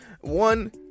One